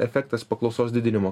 efektas paklausos didinimo